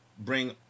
bring